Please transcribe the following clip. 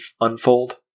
unfold